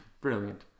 Brilliant